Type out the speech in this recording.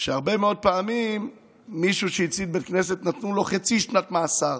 שהרבה מאוד פעמים מישהו שהצית בית כנסת נתנו לו חצי שנת מאסר